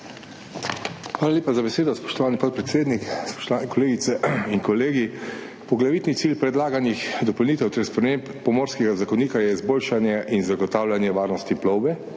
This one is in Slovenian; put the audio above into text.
Hvala lepa za besedo, spoštovani podpredsednik. Spoštovane kolegice in kolegi! Poglavitni cilj predlaganih dopolnitev ter sprememb Pomorskega zakonika je izboljšanje in zagotavljanje varnosti plovbe,